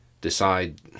decide